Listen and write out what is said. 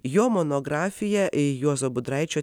jo monografiją juozo budraičio